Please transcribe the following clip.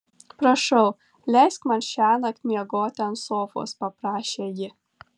prašau leisk man šiąnakt miegoti ant sofos paprašė ji